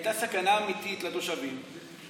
הייתה סכנה אמיתית לתושבים,